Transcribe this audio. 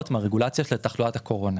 עובדים ישראלים על פני עובדים זרים.